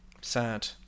Sad